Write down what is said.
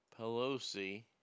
Pelosi